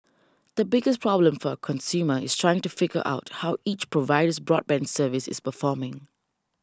the biggest problem for a consumer is trying to figure out how each provider's broadband service is performing